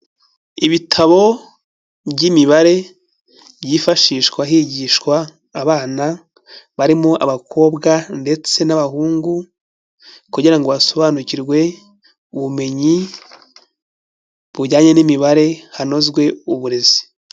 Ibitabo by'imibare byifashishwa higishwa abana barimo abakobwa ndetse n'abahungu, kugira ngo basobanukirwe ubumenyi bujyanye n'imibare hanozwe uburezi.